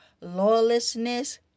lawlessness